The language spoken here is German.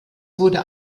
wurde